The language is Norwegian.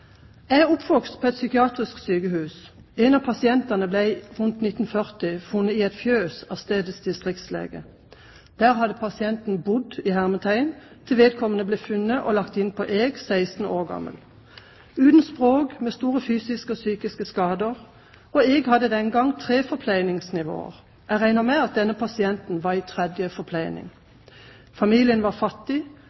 Jeg er oppvokst på et psykiatrisk sykehus. En av pasientene ble rundt 1940 funnet i et fjøs av stedets distriktslege. Der hadde pasienten «bodd» til vedkommende ble funnet og lagt inn på Eg, 16 år gammel – uten språk og med store fysiske og psykiske skader. Eg sykehus hadde den gang tre forpleiningsnivåer. Jeg regner med at denne pasienten var i tredje forpleining.